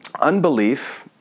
unbelief